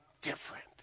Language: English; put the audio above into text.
different